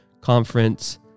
Conference